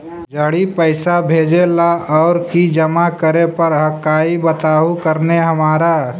जड़ी पैसा भेजे ला और की जमा करे पर हक्काई बताहु करने हमारा?